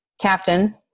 captain